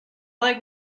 leg